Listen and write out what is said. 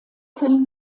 können